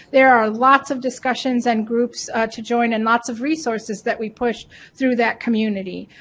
there are lots of discussions and groups to join and lots of resources that we put through that community.